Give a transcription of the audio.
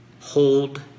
Hold